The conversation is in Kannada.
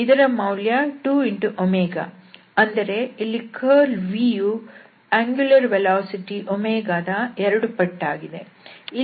ಇದರ ಮೌಲ್ಯ 2 ಅಂದರೆ ಇಲ್ಲಿ ಕರ್ಲ್ v ಯು ಕೋನೀಯ ವೇಗ ನ ಎರಡು ಪಟ್ಟಾಗಿದೆ